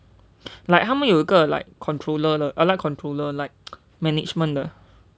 like 他们有一个 like controller 的 uh like controller like management 的